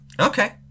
Okay